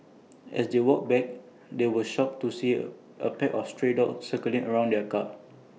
as they walked back they were shocked to see A pack of stray dogs circling around the car